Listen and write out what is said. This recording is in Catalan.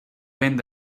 vent